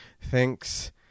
thinks